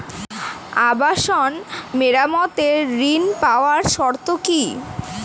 আবাসন মেরামতের ঋণ পাওয়ার শর্ত কি?